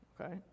okay